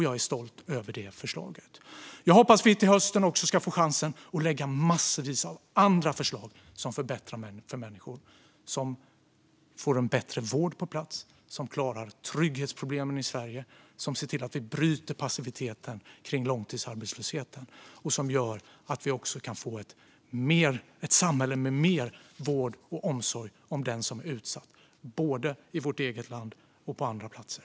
Jag är stolt över det förslaget. Jag hoppas att vi till hösten också ska få chansen att lägga massvis av andra förslag som förbättrar för människor och som gör att vi får en bättre vård på plats, klarar trygghetsproblemen i Sverige, bryter passiviteten kring långtidsarbetslösheten och också gör att vi kan få ett samhälle med vård och omsorg om den som är utsatt både i vårt eget land och på andra platser.